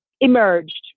emerged